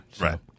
Right